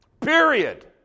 period